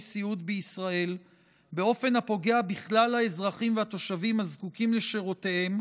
סיעוד בישראל באופן הפוגע בכלל האזרחים והתושבים הזקוקים לשירותיהם,